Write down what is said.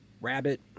rabbit